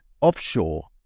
offshore